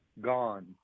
gone